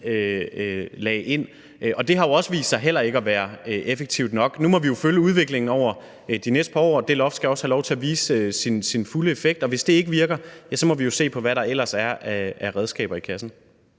lagde ind, og det har jo vist sig heller ikke at være nok. Nu må vi følge udviklingen over de næste par år, og det loft skal også have lov til at vise sin fulde effekt, og hvis det ikke virker, må vi jo se på, hvad der ellers er af redskaber i kassen.